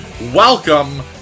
welcome